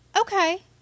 Okay